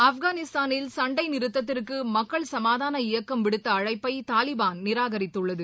ஆப்கானிஸ்தானில் சண்டைநிறுத்தத்திற்குமக்கள் சமாதான இயக்கம் விடுத்தஅழைப்பைதாலிபான் நிராகரித்துள்ளது